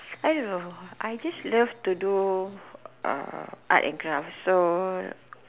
I don't know I just love to do uh art and craft so